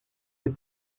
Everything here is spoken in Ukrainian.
від